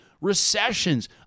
recessions